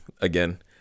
again